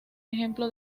ejemplo